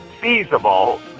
feasible